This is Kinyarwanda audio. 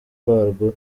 bwarwo